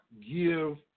give